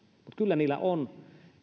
kyllä niillä on